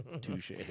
Touche